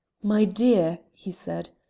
my dear, he said,